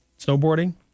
snowboarding